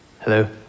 Hello